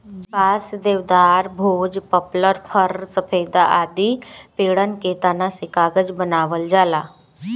बांस, देवदार, भोज, पपलर, फ़र, सफेदा आदि पेड़न के तना से कागज बनावल जाला